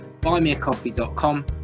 buymeacoffee.com